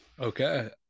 Okay